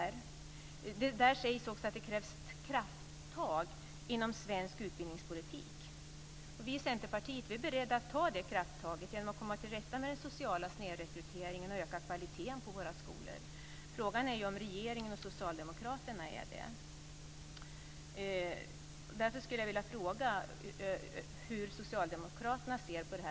Det sägs också att det krävs krafttag inom svensk utbildningspolitik. Vi i Centerpartiet är beredda att ta det krafttaget genom att komma till rätta med den sociala snedrekryteringen och öka kvaliteten på våra skolor. Frågan är om regeringen och socialdemokraterna är det. studie som vi kunnat läsa om i dag.